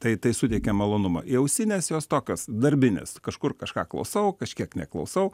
tai tai suteikia malonumą ausinės jos tokios darbinės kažkur kažką klausau kažkiek neklausau